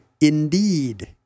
Indeed